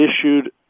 issued